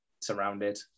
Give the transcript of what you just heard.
surrounded